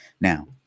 Now